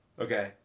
Okay